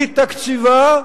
מתקציבה,